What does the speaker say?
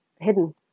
hidden